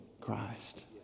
Christ